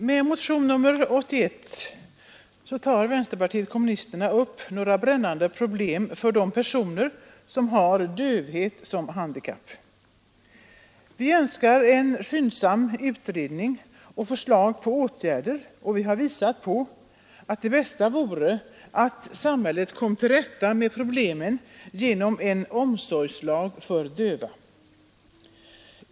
Herr talman! I motionen 81 tar vänsterpartiet kommunisterna upp några brännande problem för de personer som har dövhet som handikapp. Vi önskar en skyndsam utredning och förslag till åtgärder, och vi har visat att det bästa vore att samhället kom till rätta med problemen genom en omsorgslag för döva.